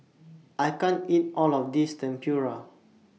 I can't eat All of This Tempura